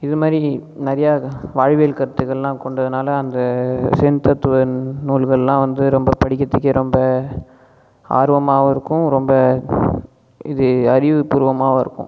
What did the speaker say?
இது மாதிரி நிறையா வாழ்வியல் கருத்துக்கள்லாம் கொண்டதினால அந்த ஜென் தத்துவ நூல்கள்லாம் வந்து ரொம்ப படிக்கிறதுக்கே ரொம்ப ஆர்வமாகவும் இருக்கும் ரொம்ப இது அறிவு பூர்வமாகவும் இருக்கும்